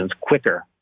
quicker